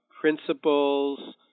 principles